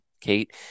Kate